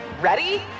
Ready